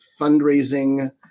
fundraising